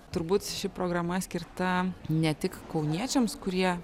turbūt ši programa skirta ne tik kauniečiams kurie